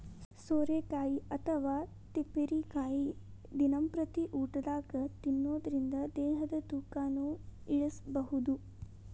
ಸೋರೆಕಾಯಿ ಅಥವಾ ತಿಪ್ಪಿರಿಕಾಯಿ ದಿನಂಪ್ರತಿ ಊಟದಾಗ ತಿನ್ನೋದರಿಂದ ದೇಹದ ತೂಕನು ಇಳಿಸಬಹುದು